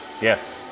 Yes